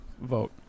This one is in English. vote